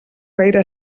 gaire